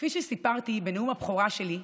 כפי שסיפרתי בנאום הבכורה שלי,